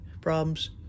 problems